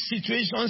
situations